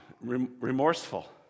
Remorseful